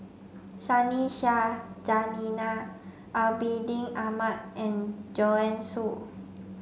Sunny Sia Zainal Abidin Ahmad and Joanne Soo